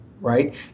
right